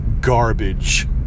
garbage